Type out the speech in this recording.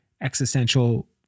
existential